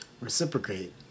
reciprocate